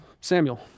Samuel